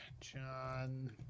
John